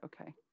Okay